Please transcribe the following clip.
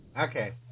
Okay